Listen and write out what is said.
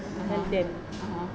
(uh huh) (uh huh)